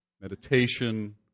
meditation